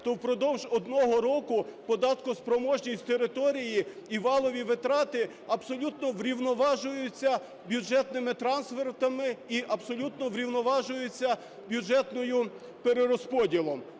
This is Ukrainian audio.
то впродовж одного року податкоспроможність території і валові витрати абсолютно врівноважуються бюджетними трансфертами і абсолютно врівноважуються бюджетним перерозподілом.